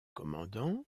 commandant